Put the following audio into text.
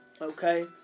Okay